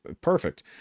perfect